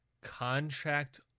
contract